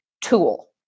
tool